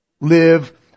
live